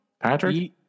Patrick